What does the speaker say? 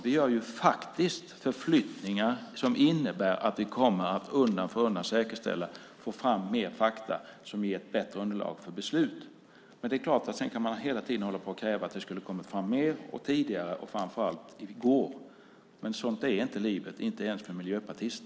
Vi gör faktiskt förflyttningar som innebär att vi undan för undan kommer att få fram och säkerställa mer fakta som ger ett bättre underlag för beslut. Man kan hela tiden hålla på och kräva att det skulle ha kommit fram mer och tidigare, gärna i går, men sådant är inte livet, inte ens för en miljöpartist.